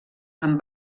amb